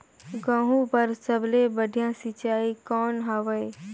गहूं बर सबले बढ़िया सिंचाई कौन हवय?